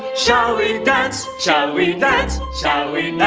shall we dance? shall we dance? shall we?